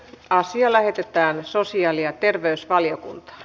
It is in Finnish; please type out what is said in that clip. asia lähetettiin sosiaali ja terveysvaliokuntaan